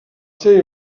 seva